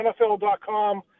NFL.com